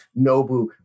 Nobu